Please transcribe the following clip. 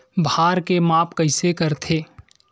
भार के माप कइसे करथे?